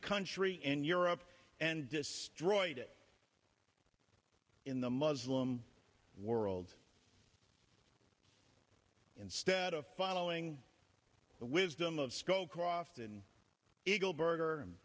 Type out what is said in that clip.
country in europe and destroyed it in the muslim world instead of following the wisdom of scowcroft and eagleburger